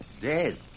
dead